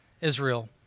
Israel